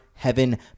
heaven